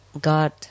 God